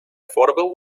affordable